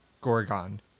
gorgon